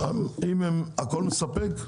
הכול מספק?